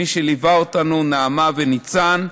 למי שליווה אותנו, נעמה וניצן,